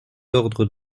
ordres